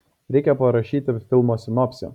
reikia parašyti filmo sinopsį